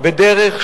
אדוני היושב-ראש,